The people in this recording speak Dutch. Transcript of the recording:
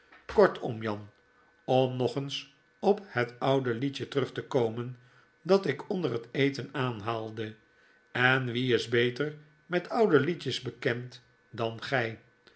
kortom jan om nog eens op het oude liedje terug te komen dat ik onder het eten aanhaalde en wie is beter met oude liedjes bekend dan gij